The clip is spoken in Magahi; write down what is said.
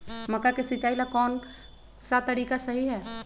मक्का के सिचाई ला कौन सा तरीका सही है?